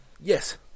Yes